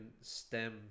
STEM